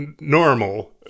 normal